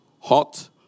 hot